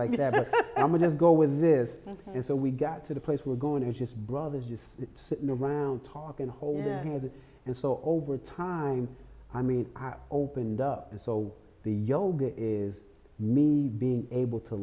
like that i'm going to go with this is so we got to the place we're going to just brothers just sitting around talking hold their heads and so over time i mean i opened up and saw the yoga is me being able to